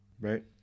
Right